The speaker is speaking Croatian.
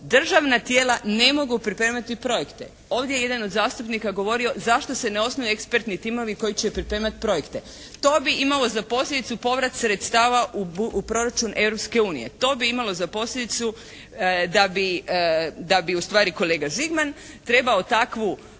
državna tijela ne mogu pripremati projekte. Ovdje je jedan od zastupnika govorio zašto se ne osnuju ekspertni timovi koji će pripremati projekte. To bi imalo za posljedicu povrat sredstava u proračun Europske unije. To bi imalo za posljedicu da bi ustvari kolega Žigman trebao takav